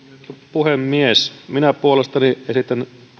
puhemies minä puolestani esitän